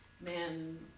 man